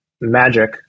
magic